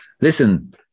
listen